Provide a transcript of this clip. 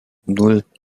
nan